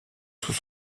sous